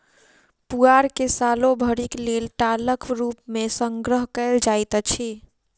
पुआर के सालो भरिक लेल टालक रूप मे संग्रह कयल जाइत अछि